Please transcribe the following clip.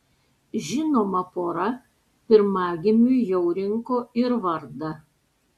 žinoma pora pirmagimiui jau rinko ir vardą